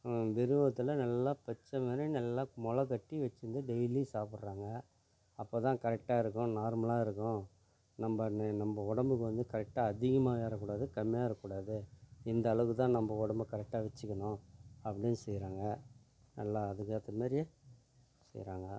வெறும் வகுத்துள்ள நல்லா பச்சைமேனின்னு நல்லா முலக்கட்டி வெச்சுருந்து டெய்லியும் சாப்படுறாங்க அப்போதான் கரெக்டாக இருக்கும் நார்மலாக இருக்கும் நம்ம நெ நம்ம உடம்புக்கு வந்து கரெக்டாக அதிகமாகிறக் கூடாது கம்மியாகிறக் கூடாது இந்த அளவுக்குதான் நம்ம உடம்ப கரெக்டாக வெச்சுக்கணும் அப்படின்னு செய்கிறாங்க நல்லா அதுக்கேற்ற மாதிரி செய்கிறாங்க